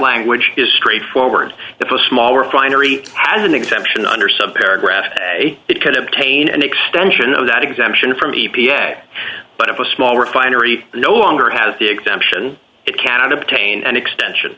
language is straightforward if a small refinery has an exemption under some paragraph today it could obtain an extension of that exemption from e p a but if a small refinery no longer has the exemption it cannot obtain an extension